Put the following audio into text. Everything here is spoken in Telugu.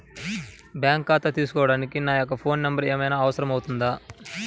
బ్యాంకు ఖాతా తీసుకోవడానికి నా యొక్క ఫోన్ నెంబర్ ఏమైనా అవసరం అవుతుందా?